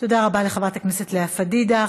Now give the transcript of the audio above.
תודה רבה לחברת הכנסת לאה פדידה.